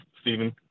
Stephen